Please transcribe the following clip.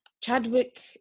Chadwick